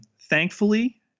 Thankfully